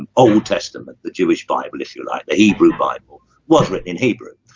um old testament the jewish bible if you like the hebrew bible was written in hebrew,